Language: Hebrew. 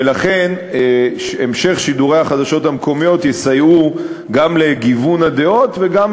ולכן המשך שידורי החדשות המקומיות יסייע גם לגיוון הדעות וגם